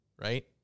right